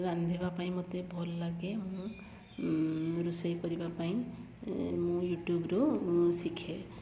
ରାନ୍ଧିବା ପାଇଁ ମୋତେ ଲାଗେ ମୁଁ ରୋଷେଇ କରିବା ପାଇଁ ମୁଁ ୟୁଟ୍ୟୁବରୁ ମୁଁ ଶିଖେ